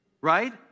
right